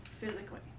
physically